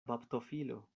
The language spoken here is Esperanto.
baptofilo